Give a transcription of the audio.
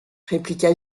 répliqua